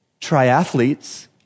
Triathletes